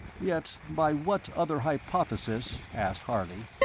yet by what other hypothesis, asked harley,